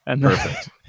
Perfect